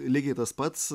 lygiai tas pats